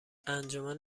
انجمن